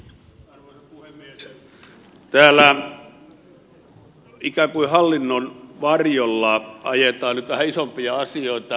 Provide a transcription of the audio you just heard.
täällä ikään kuin hallinnon varjolla ajetaan nyt vähän isompia asioita